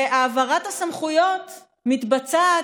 והעברת הסמכויות מתבצעת,